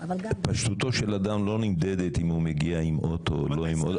פשטותו של אדם לא נמדדת אם הוא מגיע עם אוטו או לא.